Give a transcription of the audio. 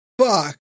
fuck